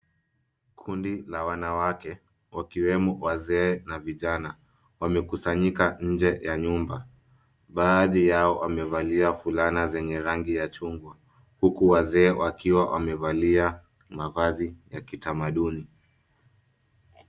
Kundi la wanawake wakiwemo wazee na vijana wamekusanyika nje ya nyumba. Baadhi yao wamevalia fulana zenye rangi ya chungwa huku wazee wakiwa wamevalia mavazi ya kitamaduni.